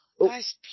Nice